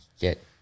get